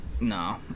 No